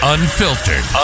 Unfiltered